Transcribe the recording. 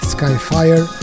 Skyfire